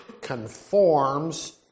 conforms